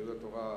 של יהדות התורה,